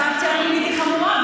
הסנקציה הפלילית חמורה,